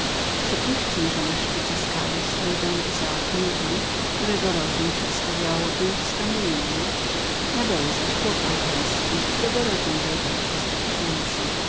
przypuśćmy że na szczycie skali stoi don izaak newton którego rozum przedstawiałoby sto milionów na dole zaś chłop alpejski którego rozum wyobrazi sto tysięcy